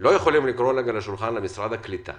לא יכולים לקרוא רגע לשולחן למשרד הקליטה